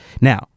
Now